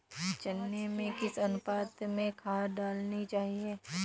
चने में किस अनुपात में खाद डालनी चाहिए?